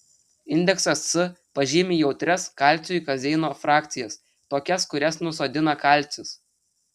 indeksas s pažymi jautrias kalciui kazeino frakcijas tokias kurias nusodina kalcis